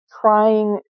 trying